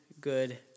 good